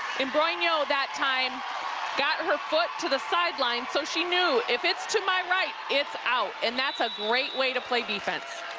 imbrogno that time got her foot to the sideline, so she knew if it's too my right, it's out. and that's a great way to play defense.